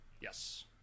Yes